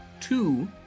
two